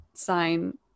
sign